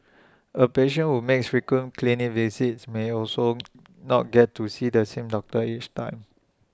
A patient who makes frequent clinic visits may also not get to see the same doctor each time